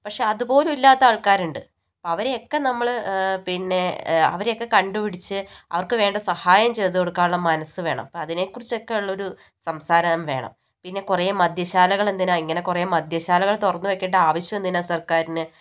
പക്ഷേ അതുപോലും ഇല്ലാത്ത ആൾക്കാരുണ്ട് അപ്പം അവരെ ഒക്കെ നമ്മള് പിന്നെ അവരെ ഒക്കെ കണ്ട് പിടിച്ച് അവർക്കു വേണ്ട സഹായം ചെയ്തു കൊടുക്കാനുള്ള മനസ്സ് വേണം അപ്പം അതിനെക്കുറിച്ചൊക്കെ ഉള്ളൊരു സംസാരം വേണം പിന്നെ കുറെ മദ്യശാലകളെന്തിനാ ഇങ്ങനെ കുറെ മദ്യശാലകള് തുറന്ന് വെയ്ക്കണ്ട ആവശ്യമെന്തിനാണ് സർക്കാരിന്